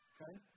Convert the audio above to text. Okay